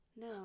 no